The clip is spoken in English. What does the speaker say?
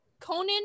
Conan